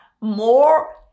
more